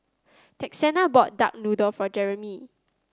Texanna bought Duck Noodle for Jeramie